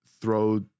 throw